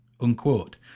unquote